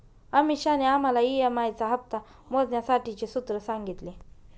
अमीषाने आम्हाला ई.एम.आई चा हप्ता मोजण्यासाठीचे सूत्र सांगितले